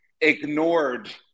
ignored